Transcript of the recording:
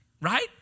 Right